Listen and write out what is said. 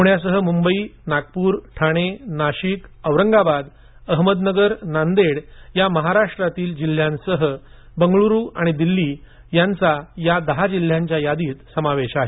पुण्यासह मुंबई नागपूर ठाणे नाशिक औरंगाबाद अहमदनगर नांदेड या महाराष्ट्रातील जिल्ह्यांसह बंगळूरू आणि दिल्ली यांचा या दहा जिल्ह्यांच्या यादीत समावेश आहे